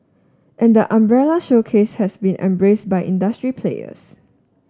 and the umbrella showcase has been embraced by industry players